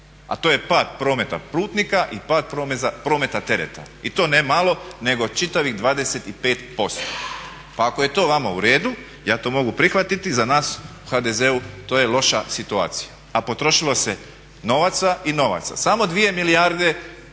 a to je pad prometa putnika i pad prometa tereta. I to ne malo nego čitavih 25%. Pa ako je to vama u redu, ja to mogu prihvatiti, za nas u HDZ-u to je loša situacija. A potrošilo se novaca i novaca. Samo 2 milijarde